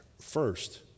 first